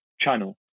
channel